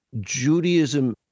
Judaism